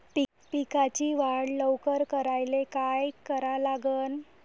पिकाची वाढ लवकर करायले काय करा लागन?